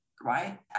right